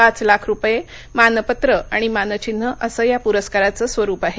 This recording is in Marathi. पाच लाख रुपये मानपत्र आणि मानचिन्ह असं या पुरस्काराचं स्वरुप आहे